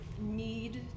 need